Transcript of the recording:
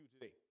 today